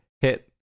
hit